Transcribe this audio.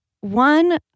one